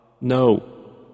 No